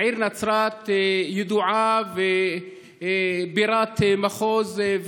העיר נצרת ידועה כבירת מחוז,